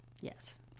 Yes